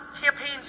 campaigns